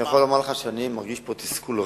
אני יכול לומר לך שאני מרגיש פה תסכול רב,